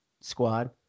squad